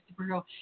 Superhero